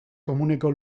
komuneko